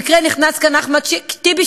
במקרה נכנס לכאן אחמד טיבי,